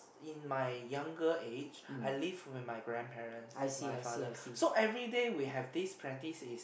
in my younger age I live with grandparents my father so everyday we have this practice is